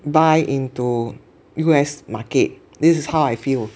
buy into U_S market this is how I feel